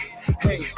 hey